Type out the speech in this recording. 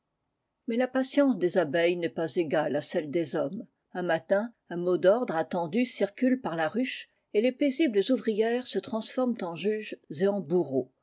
mais la patience des abeilles n'est pas égale i celle des hommes un matin un mot d'ordre attendu circule par la ruche et les paisibles ouvrières se transforment en juges et en bourreaux